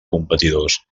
competidors